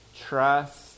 Trust